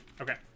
Okay